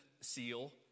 seal